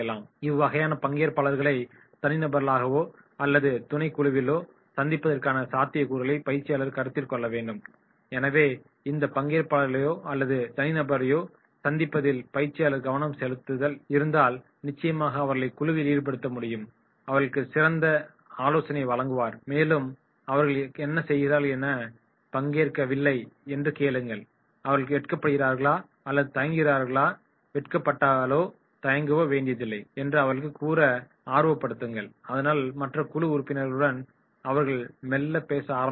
இவ்வகையான பங்கேற்பாளர்களை தனிநபர்களாகவோ அல்லது துணைக்குழுவிலோ சந்திப்பதற்கான சாத்திய கூறுகளை பயிற்சியாளர் கருத்தில் கொள்ள வேண்டும் எனவே இந்த பங்கேற்பாளர்களையோ அல்லது தனிநபர்களையோ சந்திப்பதில் பயிற்சியாளர் கவனம் செலுத்தி இருந்தால் நிச்சயமாக அவர்களை குழுவில் ஈடுபடுத்த முடியும் அவர்களுக்கு சிறந்த ஆலோசனையை வழங்குங்கள் மேலும் அவர்கள் என்ன செய்கிறார்கள் ஏன் பங்கேற்கவில்லை என்று கேளுங்கள் அவர்கள் வெட்கப்படுகிறார்களா அல்லது தயங்குகிறார்களா வெட்கப்படவோ தயங்கவோ வேண்டியதில்லை என்று அவர்களுக்கு கூறி ஆர்வபடுத்துங்கள் அதனால் மற்ற குழு உறுப்பினர்களுடன் அவர்கள் மெல்ல பேச ஆரம்பிக்ககூடும்